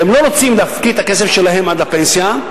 והם לא רוצים להפקיד את הכסף שלהם עד הפנסיה,